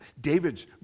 David's